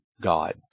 God